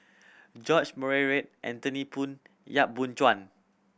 George Murray Reith Anthony Poon Yap Boon Chuan